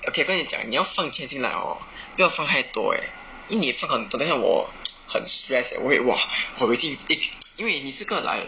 okay 跟你讲你要放钱进来 orh 不要放太多 eh 因为你放很多等下我很 stress eh 我会 !wah! 我 whoa p2 wei jing pp2 因为你这个 like